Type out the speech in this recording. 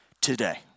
today